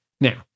Now